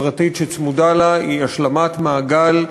הפרטית, שצמודה לה, היא השלמת מעגל.